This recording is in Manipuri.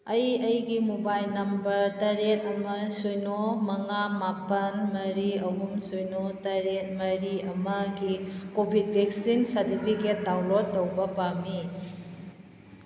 ꯑꯩ ꯑꯩꯒꯤ ꯃꯣꯕꯥꯏꯜ ꯅꯝꯕꯔ ꯇꯔꯦꯠ ꯑꯃ ꯁꯤꯅꯣ ꯃꯉꯥ ꯃꯥꯄꯜ ꯃꯔꯤ ꯑꯍꯨꯝ ꯁꯤꯅꯣ ꯇꯔꯦꯠ ꯃꯔꯤ ꯑꯃꯒꯤ ꯀꯣꯚꯤꯠ ꯚꯦꯛꯁꯤꯟ ꯁꯥꯔꯗꯤꯕꯤꯒꯦꯠ ꯗꯥꯎꯟꯂꯣꯠ ꯇꯧꯕ ꯄꯥꯝꯏ